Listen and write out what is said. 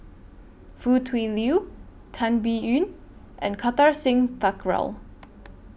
Foo Tui Liew Tan Biyun and Kartar Singh Thakral